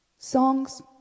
Songs